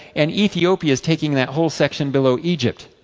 and ethiopia is taking that whole section below egypt.